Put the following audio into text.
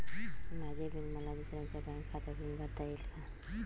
माझे बिल मला दुसऱ्यांच्या बँक खात्यातून भरता येईल का?